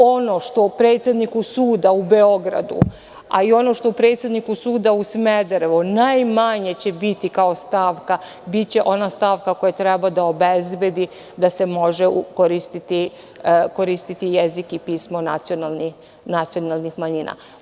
Ono što predsedniku suda u Beogradu, a i ono što predsedniku suda u Smederevu najmanje će biti kao stavka, biće ona stavka koja treba da obezbedi da se može koristiti jezik i pismo nacionalnih manjina.